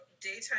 daytime